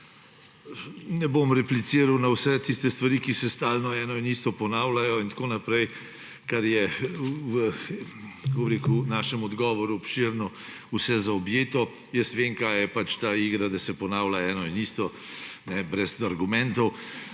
Ne bom repliciral na vse tiste stvari, ki se stalno ponavljajo, ker je v našem odgovoru obširno vse zaobjeto. Jaz vem, kaj je ta igra – da se ponavlja eno in isto, brez argumentov.